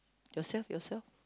yourself yourself